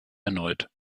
erneut